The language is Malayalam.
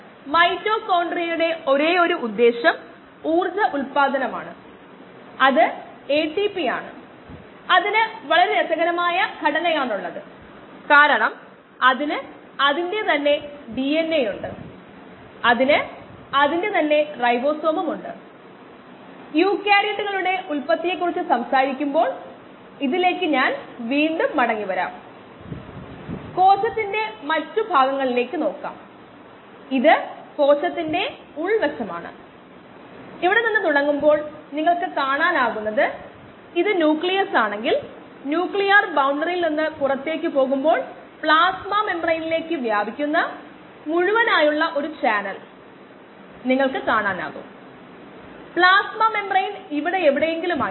മറ്റൊരു വിധത്തിൽ പറഞ്ഞാൽ ഈ നിബന്ധനകളുടെ ഓരോ യൂണിറ്റുകളും തുല്യമായിരിക്കണം